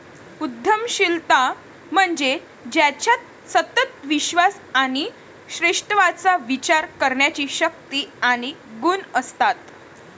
उद्यमशीलता म्हणजे ज्याच्यात सतत विश्वास आणि श्रेष्ठत्वाचा विचार करण्याची शक्ती आणि गुण असतात